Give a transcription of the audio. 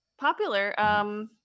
popular